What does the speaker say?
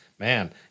Man